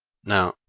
now,